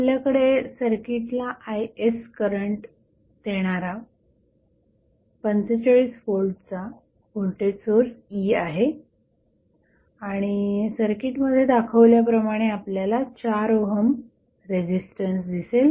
आपल्याकडे सर्किटला Is current देणारा 45 व्होल्टचा व्होल्टेज सोर्स E आहे आणि सर्किटमध्ये दाखवल्याप्रमाणे आपल्याला 4 ओहम रेझिस्टन्स दिसेल